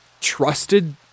trusted